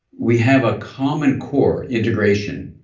we have a common core, integration,